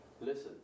listen